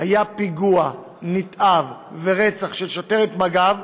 פיגוע נתעב ורצח של שוטרת מג"ב,